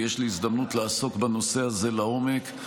יש לי הזדמנות לעסוק בנושא הזה לעומק,